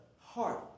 heart